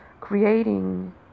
creating